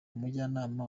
mujyanama